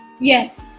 Yes